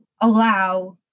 allow